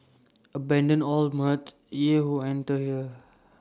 abandon all mirth ye who enter here